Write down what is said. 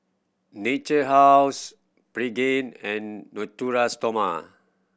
Natura House Pregain and Natura Stoma